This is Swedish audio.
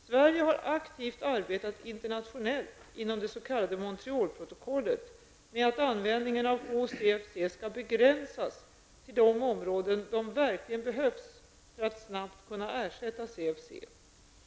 Sverige har aktivt arbetat internationellt inom det s.k. Montrealprotokollet med att användningen av HCFC skall begränsas till de områden där de verkligen behövs, för att snabbt kunna ersätta CFC.